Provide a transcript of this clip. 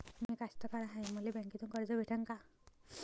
मी कास्तकार हाय, मले बँकेतून कर्ज भेटन का?